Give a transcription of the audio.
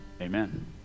Amen